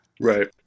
Right